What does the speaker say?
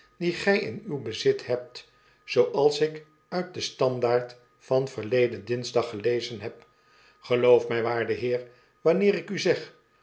die gij in uw bezit hebt zooals ik uit de standard van verleden dinsdag gelezen heb geloof mij waarde heer wanneer ik u zeg